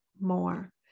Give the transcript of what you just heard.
more